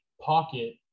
pocket